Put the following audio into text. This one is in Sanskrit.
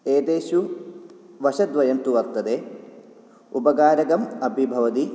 एतेषु वशद्वयं तु वर्तते उपकारकम् अपि भवति